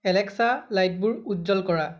Alexa লাইটবোৰ উজ্জ্বল কৰা